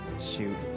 Shoot